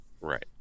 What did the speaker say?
right